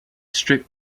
strip